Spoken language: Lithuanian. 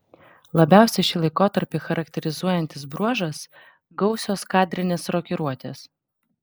labiausiai šį laikotarpį charakterizuojantis bruožas gausios kadrinės rokiruotės